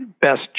best